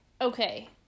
okay